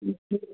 अ